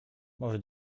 może